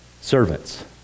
servants